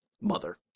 mother